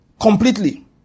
completely